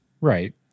Right